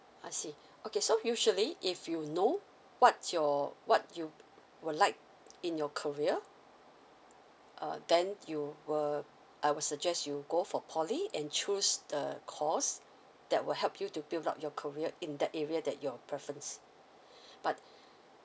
I see okay so usually if you know what's your what you would like in your career uh then you will I will suggest you go for poly and choose the course that will help you to build up your career in the area that your preference but